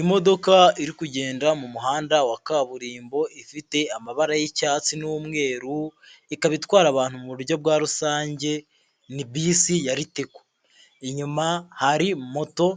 Imodoka iri kugenda mu muhanda wa kaburimbo ifite amabara y'icyatsi n'umweru, ikaba itwara abantu mu buryo bwa rusange, ni bisi ya Ritco. Inyuma hari moto